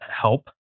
help